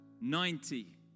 Ninety